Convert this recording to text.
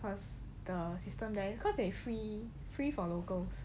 cause the system there cause they free free for locals